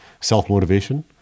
self-motivation